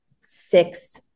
six